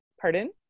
pardon